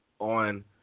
On